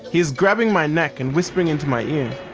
he's grabbing my neck and whispering into my ear,